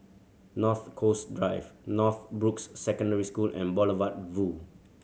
North Coast Drive Northbrooks Secondary School and Boulevard Vue